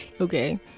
Okay